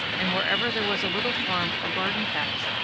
and wherever there was a little farm or garden patch,